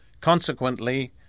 Consequently